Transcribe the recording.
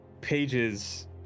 pages